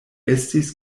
estis